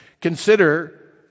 Consider